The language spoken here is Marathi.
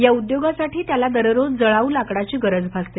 या उद्योगासाठी त्याला दररोज जळाऊ लाकडाची गरज भासते